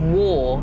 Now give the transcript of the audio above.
war